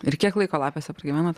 ir kiek laiko lapėse pragyvenot